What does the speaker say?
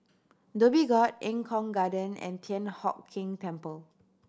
Dhoby Ghaut Eng Kong Garden and Thian Hock Keng Temple